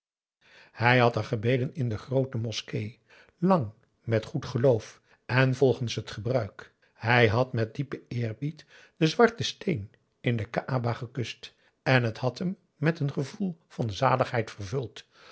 hij had er gebeden in de groote moskee lang met goed geloof en volgens het gebruik hij had met diepen eerbied den zwarten steen in de kaäba gekust en het had hem met een gevoel van zaligheid vervuld